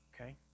Okay